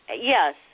Yes